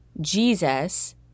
Jesus